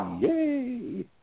yay